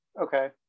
okay